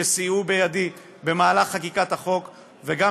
שסייעו בידי גם במהלך חקיקת החוק וגם